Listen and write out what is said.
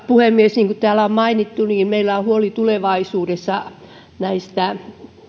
puhemies niin kuin täällä on mainittu meillä on huoli tulevaisuudessa